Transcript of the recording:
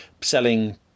selling